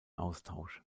austausch